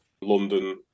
London